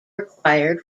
required